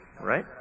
Right